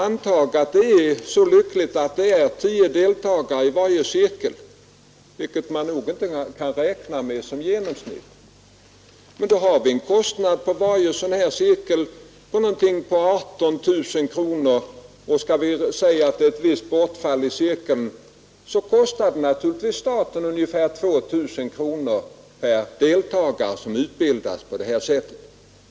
Antag att det är så lyckligt att det är tio deltagare i varje cirkel, vilket man nog inte kan räkna med som genomsnitt. Då har vi en kostnad för varje sådan cirkel på ungefär 18 000 kronor, och med ett visst bortfall i cirkeln kostar det staten omkring 2 000 kronor per deltagare som utbildas på detta sätt.